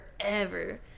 forever